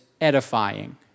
edifying